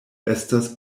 estas